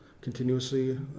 continuously